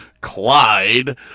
clyde